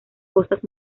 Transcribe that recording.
cosas